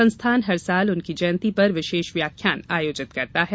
संस्थान हर साल उनकी जयंती पर विशेष व्याख्यान आयोजित करता है